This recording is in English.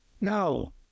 No